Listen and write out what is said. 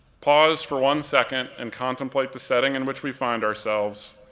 pause for one second and contemplate the setting in which we find ourselves,